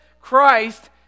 Christ